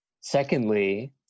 secondly